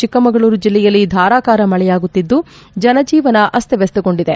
ಚಿಕ್ಕಮಗಳೂರು ಜಿಲ್ಲೆಯಲ್ಲಿ ಧಾರಾಕಾರ ಮಳೆಯಾಗುತ್ತಿದ್ದು ಜನಜೀವನ ಅಸ್ತವ್ಪಸ್ತಗೊಂಡಿದೆ